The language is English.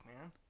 man